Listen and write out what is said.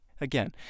again